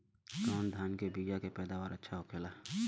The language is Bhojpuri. कवन धान के बीया के पैदावार अच्छा होखेला?